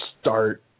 start